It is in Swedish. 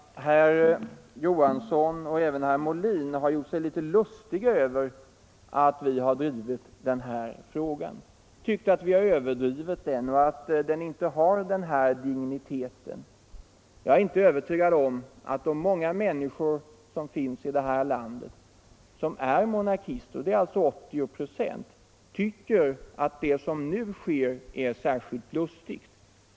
Herr Johansson i Malmö och även herr Molin har gjort sig litet lustiga över att moderata samlingspartiet har drivit den här frågan, tyckt att vi har överdrivit den och tyckt att den inte har den här digniteten. Jag är inte övertygad om att de många människor här i landet som är monarkister, dvs. 80 96, tycker att det som nu sker är särskilt lustigt.